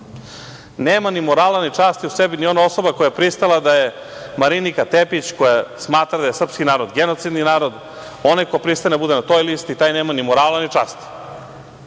ni morala ni časti u sebi ni ona osoba koja je pristala da je Marinika Tepić, koja smatra da je srpski narod genocidni narod, onaj ko pristane da bude na toj listi, taj nema ni morala ni časti